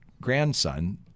grandson